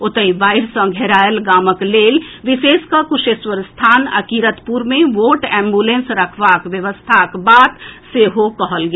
ओतहि बाढ़ि सँ घेरायल गामक लेल विशेष कऽ कुशेश्वरस्थान आ किरतपुर मे वोट एम्बुलेंस रखबाक व्यवस्थाक बात सेहो कहल गेल